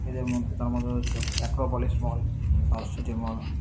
এদের মধ্যে তার মধ্যে হচ্ছে অ্যাক্রোপলিশ মল সাউথসিটি মল